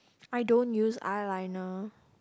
I don't use eyeliner